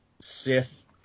Sith